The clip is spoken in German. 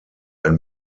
ein